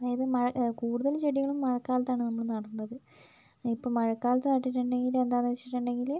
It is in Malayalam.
അതായത് മഴ കൂടുതൽ ചെടികളും മഴക്കാലത്താണ് നമ്മൾ നടുന്നത് ഇപ്പം മഴക്കാലത്ത് നട്ടിട്ടുണ്ടെങ്കിൽ എന്താന്ന് വെച്ചിട്ടുണ്ടെങ്കിൽ